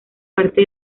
parte